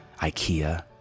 IKEA